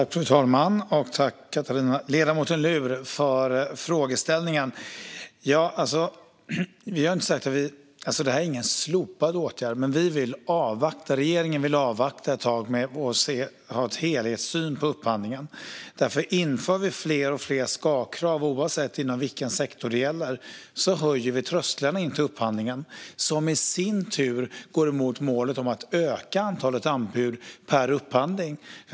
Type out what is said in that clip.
Fru talman! Tack, ledamoten Luhr, för frågeställningen! Detta är ingen slopad åtgärd, men regeringen vill avvakta ett tag för att ha en helhetssyn på upphandlingen. Därför inför vi fler och fler ska-krav. Oavsett inom vilken sektor det gäller höjer vi trösklarna till upphandlingen. Det i sin tur går emot målet om att öka antalet anbud per upphandling.